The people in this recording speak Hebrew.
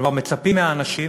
כלומר מצפים מהאנשים